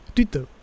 Twitter